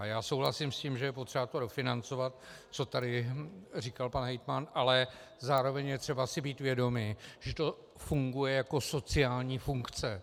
Já souhlasím s tím, že je třeba to dofinancovat, co tady říkal pan hejtman, ale zároveň je třeba si být vědomi, že to funguje jako sociální funkce.